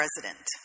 president